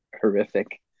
horrific